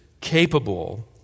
capable